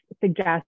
suggest